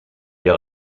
wir